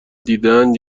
دیدهاند